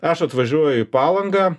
aš atvažiuoju į palangą